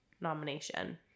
nomination